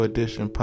Edition